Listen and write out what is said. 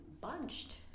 bunched